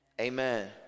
amen